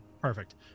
Perfect